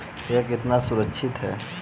यह कितना सुरक्षित है?